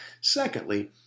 Secondly